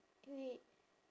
wait